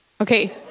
Okay